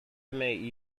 may